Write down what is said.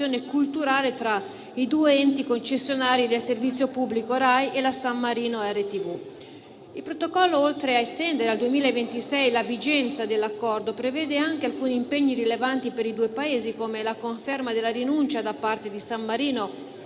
culturale tra i due enti concessionari del servizio pubblico RAI e la San Marino RTV. Il Protocollo, oltre a estendere al 2026 la vigenza dell'Accordo, prevede anche alcuni impegni rilevanti per i due Paesi, come la conferma della rinuncia da parte di San Marino